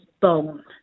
bone